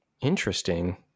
interesting